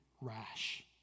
rash